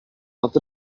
not